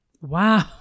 Wow